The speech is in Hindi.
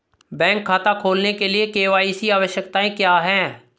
बैंक खाता खोलने के लिए के.वाई.सी आवश्यकताएं क्या हैं?